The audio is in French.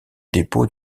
dépôt